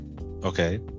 Okay